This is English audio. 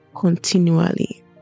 continually